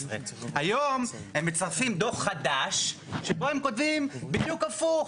היום הם מצרפים דוח חדש שבו הם כותבים בדיוק הפוך,